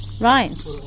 Right